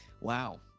Wow